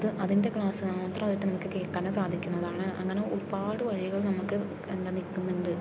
അത് അതിൻ്റെ ക്ലാസ്സ് മാത്രമായിട്ട് നമുക്ക് കേൾക്കാനും സാധിക്കുന്നതാണ് അങ്ങനെ ഒരുപാട് വഴികൾ നമുക്ക് എന്താ നിൽക്കുന്നുണ്ട്